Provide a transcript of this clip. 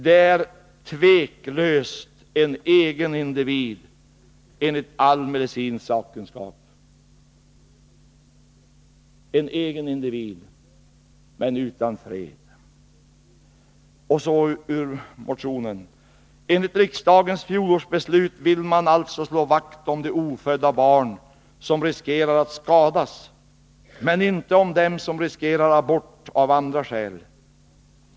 Det är tveklöst en egen individ enligt all medicinsk sakkunskap.” En egen individ, men utan fred. ”Enligt riksdagens fjolårsbeslut vill man alltså slå vakt om de ofödda barn som riskerar att skadas, men inte om dem som riskerar abort av andra skäl.